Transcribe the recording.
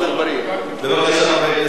בבקשה, חבר הכנסת עפו אגבאריה,